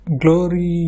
glory